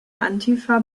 antifa